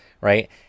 right